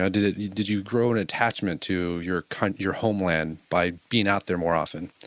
ah did you did you grow an attachment to your kind of your homeland by being out there more often?